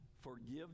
forgive